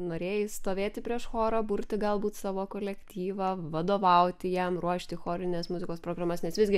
norėjai stovėti prieš chorą burti galbūt savo kolektyvą vadovauti jam ruošti chorinės muzikos programas nes visgi